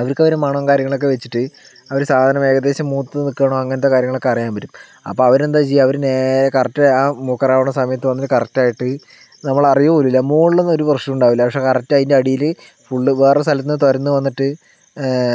അവർക്ക് അതിൻ്റെ മണവും കാര്യങ്ങളൊക്കെ വെച്ചിട്ട് അവര് സാധനം ഏകദേശം മൂത്ത് നിക്കാണോ അങ്ങനത്തെ കാര്യങ്ങളൊക്കെ അറിയാൻ പറ്റും അപ്പം അവര് എന്താ ചെയ്യാ അവര് നേരെ കറക്റ്റ് ആ മുക്കാരാവണ സമയത് വന്ന് കറക്റ്റായിട്ട് നമ്മൾ അറിയ പോലുമില്ല മോളിൽ ഒന്നും ഒരു പ്രശ്നവും ഉണ്ടാവില്ല പക്ഷെ കറക്റ്റ് അതിൻ്റെ അടിയില് ഫുൾ വേറെ ഒരു സ്ഥലത്ത് നിന്ന് തുരന്ന് വന്നിട്ട്